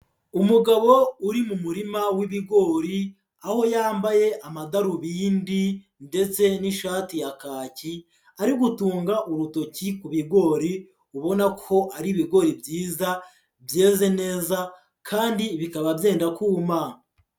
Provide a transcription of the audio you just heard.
Umugabo uri mu murima w'ibigori, aho yambaye amadarubindi ndetse n'ishati ya kaki, ari gutunga urutoki ku bigori ubona ko ari ibigori byiza, byeze neza kandi bikaba byenda kuma.